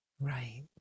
right